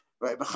right